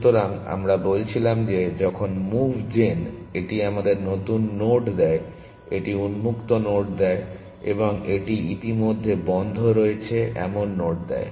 সুতরাং আমরা বলছিলাম যে যখন মুভজেন এটি আমাদের নতুন নোড দেয় এটি উন্মুক্ত নোড দেয় এবং এটি ইতিমধ্যে বন্ধ রয়েছে এমন নোড দেয়